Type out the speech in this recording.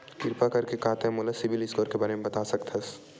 किरपा करके का तै मोला सीबिल स्कोर के बारे माँ बता सकथस?